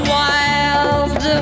wild